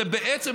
זה בעצם,